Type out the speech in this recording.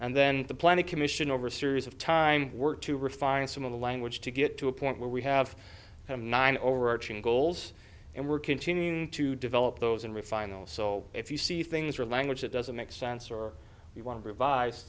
and then the planning commission over a series of time work to refine some of the language to get to a point where we have some nine overarching goals and we're continuing to develop those and refine oil so if you see things are language that doesn't make sense or you want to revise